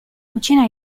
cucina